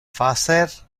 facer